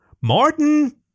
Martin